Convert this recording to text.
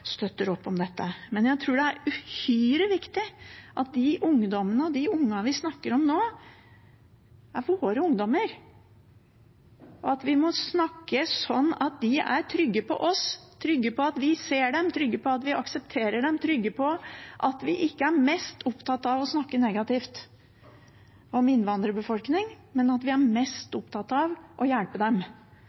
de ungdommene og de ungene vi snakker om nå, det er våre ungdommer, og at vi må snakke sånn at de er trygge på oss, trygge på at vi ser dem, trygge på at vi aksepterer dem, trygge på at vi ikke er mest opptatt av å snakke negativt om innvandrerbefolkningen, men at vi er mest opptatt av å hjelpe dem